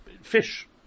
fish